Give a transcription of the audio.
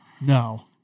No